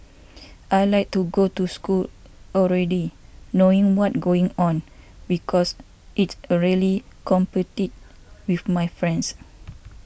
I like to go to school already knowing what going on because it's really competitive with my friends